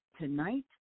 tonight